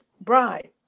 bride